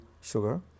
sugar